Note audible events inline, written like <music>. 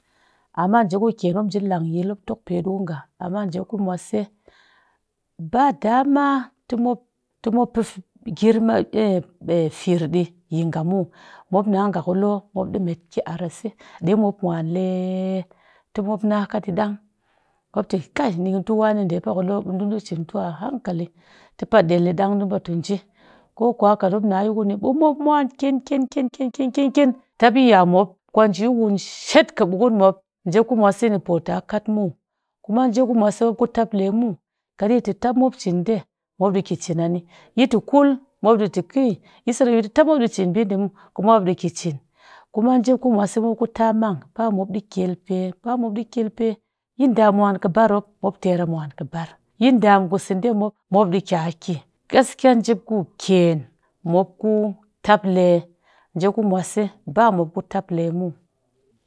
Amma njep ku kyen mop nji langyil mop tokpe ɗii ku nga amma njep ku mwase ba dama tɨ mop pe girma <hesitation> firr ɗii yi nga muw mop na nga kulo mop ɗii met ki ar'ase ɗe mop mwanlee tɨ mop na ka ɗii dang mop tɨ kai nikɨntu ɗee pa kulo ɓetu cintu a hakali tɨpa ɗel ɗii ɗang ɗun pa nji ko kuwa kat mop na yi kuni ɓe mop mwan ken ken ken tap yiya mop kwanjii wun shet ɓukun mop njep ku mwase ni pota kat muw kuma njep ku mwase mop ku taple muw kat yi tap mop cin ɗe mop ɗii cin ani yitɨ kul, mop tɨ ƙɨɨ yi sat mop yi tɨ tap mop ɗii cin ɓiiɗɛ muw kumase mop ki cin. Kuma njep kumwase mop ku taamang ba mop ɗii kyelpe, ba mop ɗii kyel pe yi ɗaam mwan kɨbar mop, mop ter a mwan kɨbar yi ɗaam kuseɗe mop mop ɗii ki'aki, gaskiya njep ku kyen mop ku taple njep ku mwase ba mop ku taple muw.